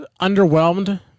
underwhelmed